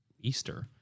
Easter